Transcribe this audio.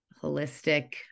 holistic